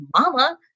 mama